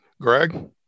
Greg